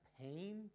pain